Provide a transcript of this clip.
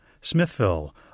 Smithville